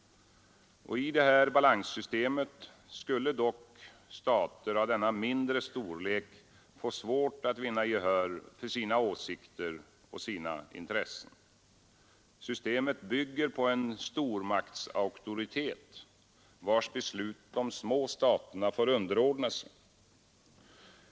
I det nämnda balanssystemet skulle dock stater av denna mindre storlek få svårt att vinna gehör för sina åsikter och sina intressen. Systemet bygger på en stormaktsauktoritet, vars beslut de små staterna får underordna sig.